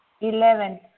Eleven